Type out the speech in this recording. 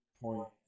point